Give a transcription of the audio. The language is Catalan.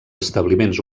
establiments